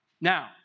Now